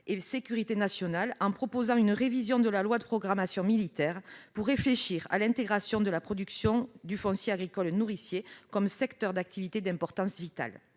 et sécurité nationale, en proposant une révision de la loi de programmation militaire pour réfléchir à l'intégration de la production alimentaire et du foncier agricole nourricier comme secteur d'activité d'importance vitale.